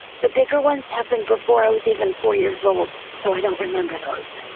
the bigger ones happened before i was even four years old, so i don't remember those.